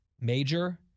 Major